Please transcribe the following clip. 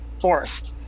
forest